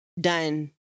done